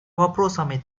вопросами